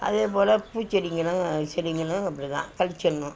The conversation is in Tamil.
அதேபோல் பூச்செடிங்களும் செடிங்களும் அப்படிதான் கழிச்சிட்ணும்